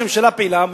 שהממשלה פעילה,